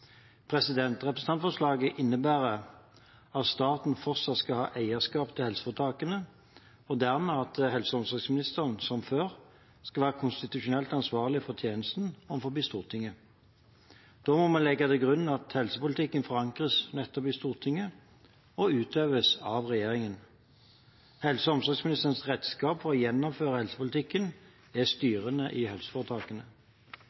Representantforslaget innebærer at staten fortsatt skal ha eierskap til helseforetakene og dermed at helse- og omsorgsministeren – som før – skal være konstitusjonelt ansvarlig for tjenesten overfor Stortinget. Da må man legge til grunn at helsepolitikken forankres nettopp i Stortinget, og utøves av regjeringen. Helse- og omsorgsministerens redskap for å gjennomføre helsepolitikken er styrene i helseforetakene.